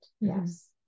Yes